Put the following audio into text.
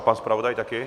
Pan zpravodaj také?